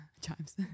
Chimes